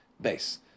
Base